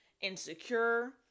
insecure